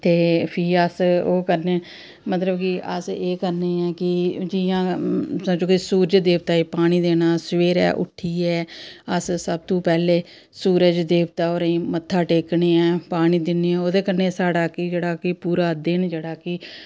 ते फ्ही अस केह् करने मतलब कि अस केह् करने की सूरज देवता ई पानी देना सवेरै उट्ठियै अस सब तूं पैह्ले सूरज देवता होरेंई मत्था टेकनें आं पानी दिन्ने ओह्दे कन्नै साढ़ा कि जेह्ड़ा की पूरा दिन जेह्ड़ा कि